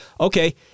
okay